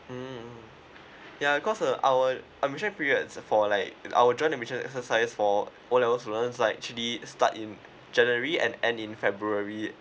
mm ya cause uh our admission periods for like our joint admission exercise for O level student like actually start in january and end in february